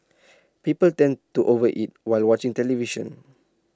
people tend to over eat while watching television